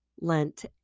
Lent